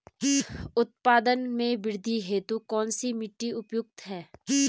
उत्पादन में वृद्धि हेतु कौन सी मिट्टी उपयुक्त है?